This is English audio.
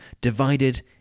divided